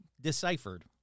deciphered